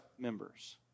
members